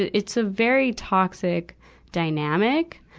it's a very toxic dynamic.